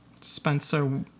Spencer